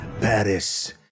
Paris